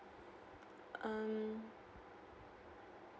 um